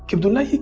yeah abdullah